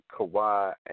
Kawhi